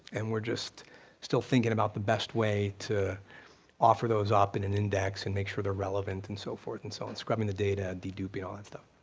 and we're just still thinking about the best way to offer those up in an index and make sure they're relevant and so forth and so on, scrubbing the data, deduping, all that stuff.